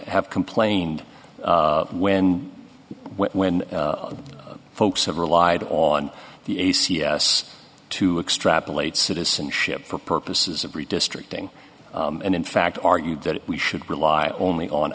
have complained when when folks have relied on the a c s to extrapolate citizenship for purposes of redistricting and in fact argued that we should rely only on